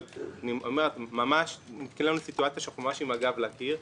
אבל אם ניתקל בסיטואציה שאנחנו עם הגב לקיר,